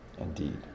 indeed